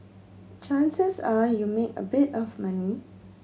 chances are you make a bit of money